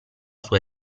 sua